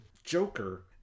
Joker